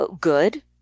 good